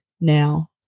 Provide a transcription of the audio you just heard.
now